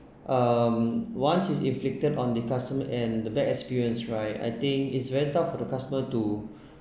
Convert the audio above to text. um once it's inflicted on the customer and the bad experience right I think it's very tough for the customer to